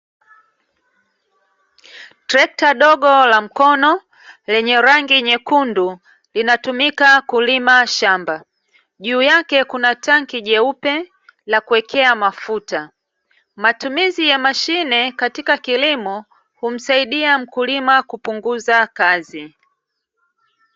Trekta dogo la mkono lenye rangi nyekundu linatumika kulima shamba, juu yake kuna tanki jeupe la kuwekea mafuta. Matumizi ya mashine katika kilimo humsaidia mkulima kupunguza kazi.